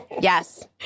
Yes